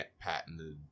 patented